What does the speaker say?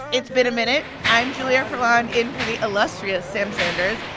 it's been a minute. i'm julia furlan in for the illustrious sam sanders,